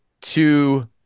two